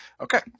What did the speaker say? Okay